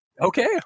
Okay